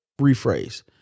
rephrase